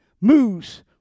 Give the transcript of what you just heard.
moves